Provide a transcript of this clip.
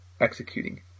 executing